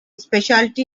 specialty